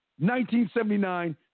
1979